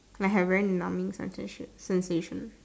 like have very numbing sensation